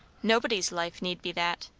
nobody's life need be that.